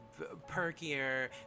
perkier